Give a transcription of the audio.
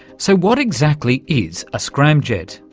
so what exactly is a scramjet?